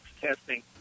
testing